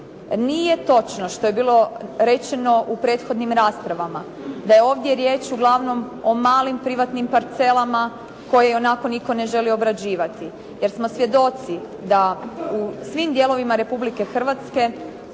Nije točno što je bilo rečeno u prethodnim raspravama da je ovdje riječ uglavnom o malim privatnim parcelama koje ionako nitko ne želi obrađivati jer smo svjedoci da u svim dijelovima Republike Hrvatske,